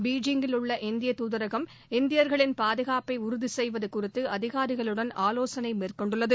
பீஜிங்கில் உள்ள இந்திய துதரகம் இந்தியர்களின் பாதுகாப்பை உறுதி செய்வது குறித்து அதிகாரிகளுடன் ஆலோசனை மேற்கொண்டுள்ளது